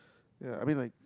ya I mean I